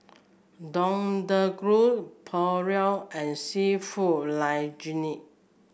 Deodeok Gui Pulao and seafood Linguine